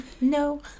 No